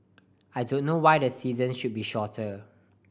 I don't know why the season should be shorter